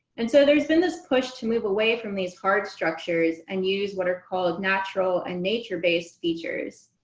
and so there's been this push to move away from these hard structures and use what are called natural and nature-based features.